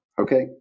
Okay